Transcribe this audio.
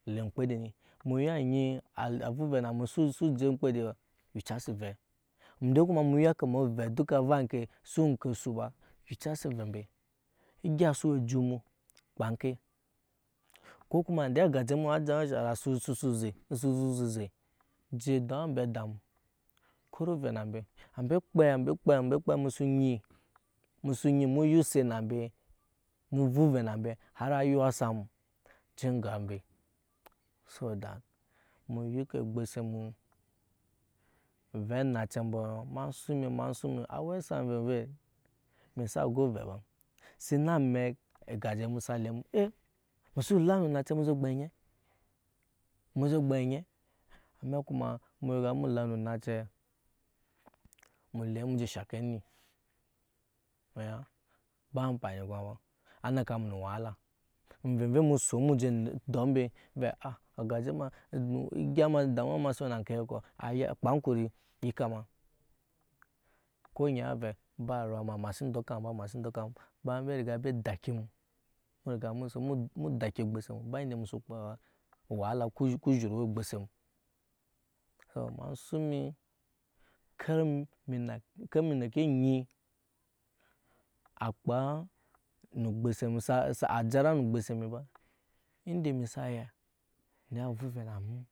Lee emkede eni ema ya enyi a vuvɛ su je mkpede ba yicasi oⱱɛ ndan ema kama ovɛɛ duka su we ŋku osu ba yicasi oⱱɛ embe egya su we ejut emu kpaa enke ko kuma nde agaje emu kpaa enke ko kuma nde agaje emu a jamu je dɔɔ ambe ada emu kɔrɔ ovɛ na mbe ambe ekpei ambe kpei emu su enyi mu nyi set na mbe enga mbe so da emu yike ogbose emu ovɛ anacɛ ambɔ suŋ emi ema suŋ emi awɛ asak avevei emi sa go vɛ ba se na amɛk ogaje emu sa vɛ ena emu su la nu onace emu ze kpɛp onyɛ emu ze kpɛp onye emu kuma muve emu la nu once emu lem ni je shake eni neka emu nu wahala onvevei emu sun muje dɔɔ mbe muve aya ogaje udamuwa ema sin owe nake ɔɔ aja okpaa ŋkuri oyika ama ko onyɛ avɛ baruwa ema sin doka emu ba ema sin doka emu bayan mbe riga embe daki emu emu riga mu daki obgoose emu ba ende emu su kpaa da so ema suŋ emi ker emi neki anyi akpaa ajara nu ogbose emi ba ende emi saya na vuvɛ na emi.